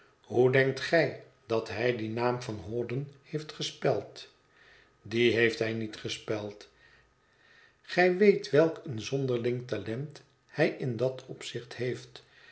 hoe denkt gij dat hij dien naam van hawdon heeft gespeld dien heeft hij niet gespeld gij weet welk een zonderling talent hij in dat opzicht heeft